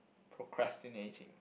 procrastinating